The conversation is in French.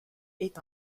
est